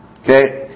Okay